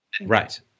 Right